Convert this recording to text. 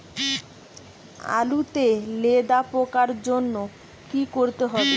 আলুতে লেদা পোকার জন্য কি করতে হবে?